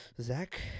Zach